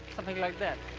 something like that.